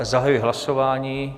Zahajuji hlasování.